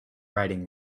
writing